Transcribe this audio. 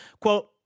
Quote